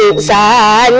um sai